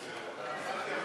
40,